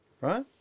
right